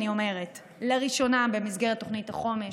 אני אומרת: לראשונה במסגרת תוכנית החומש,